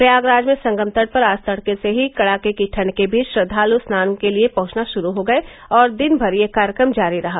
प्रयागराज में संगम तट पर आज तड़के से ही कड़ाके की ठंड के बीच श्रद्वाल् स्नान के लिए पहंचना श्रू हो गए और दिन भर यह कम जारी रहा